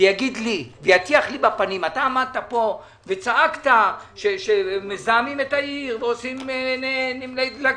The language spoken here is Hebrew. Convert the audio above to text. יטיח לי: צעקת פה שמזהמים את העיר ועושים נמלי דלקים.